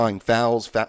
fouls